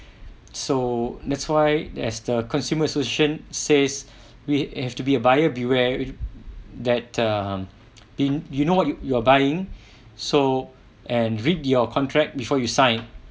so that's why as the consumers association says we have to be a buyer beware that um mean you know what you're buying so and read your contract before you sign